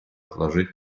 положить